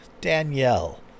Danielle